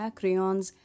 crayons